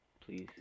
Please